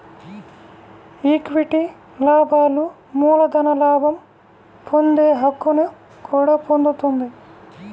equity లాభాలు మూలధన లాభం పొందే హక్కును కూడా పొందుతుంది